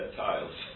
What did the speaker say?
tiles